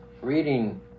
Reading